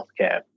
healthcare